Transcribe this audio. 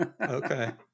Okay